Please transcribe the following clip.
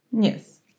Yes